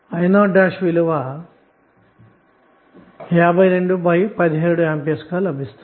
i05217A విలువ లభిస్తుంది